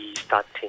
starting